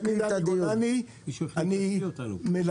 אני מן